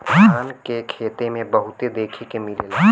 धान के खेते में बहुते देखे के मिलेला